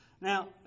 Now